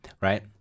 Right